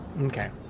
Okay